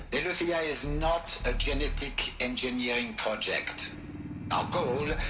eleuthia is not a genetic engineering project our goal.